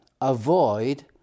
avoid